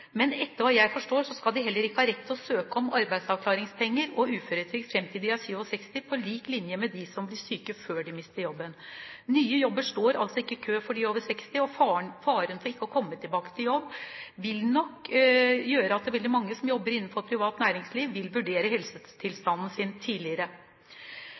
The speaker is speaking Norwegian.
Men etter det jeg forstår, skal de heller ikke ha rett til å søke om arbeidsavklaringspenger og uføretrygd fram til de er 67 år på lik linje med de som blir syke før de mister jobben. Nye jobber står altså ikke i kø for de over 60, og faren for ikke å komme tilbake til jobb vil nok gjøre at veldig mange som jobber innenfor privat næringsliv, vil vurdere helsetilstanden sin tidligere.